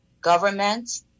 government